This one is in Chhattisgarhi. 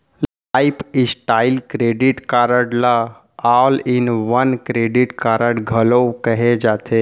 लाईफस्टाइल क्रेडिट कारड ल all in one credit card घलो केहे जाथे